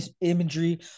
imagery